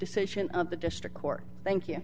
decision of the district court thank you